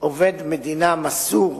עובד מדינה מסור,